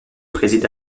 préside